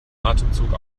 atemzug